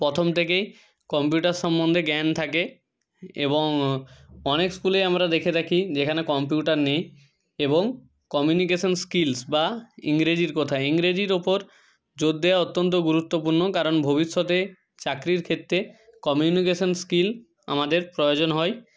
প্রথম থেকেই কম্পিউটার সম্বন্ধে জ্ঞান থাকে এবং অনেক স্কুলেই আমরা দেখে থাকি যেখানে কম্পিউটার নেই এবং কমিউনিকেশানস স্কিলস বা ইংরেজির কথায় ইংরেজির ওপর জোর দেওয়া অত্যন্ত গুরুত্বপূর্ণ কারণ ভবিষ্যতে চাকরির ক্ষেত্রে কমিউনিকেশানস স্কিল আমাদের প্রয়োজন হয়